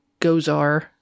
Gozar